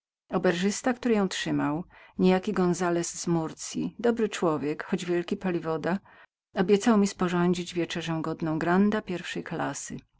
oberżysta który ją trzymał niejaki gonzalez z murcyi dobry człowiek ale wielki paliwoda obiecał mi sporządzić wieczerzę godną granda pierwszej klassy